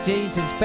Jesus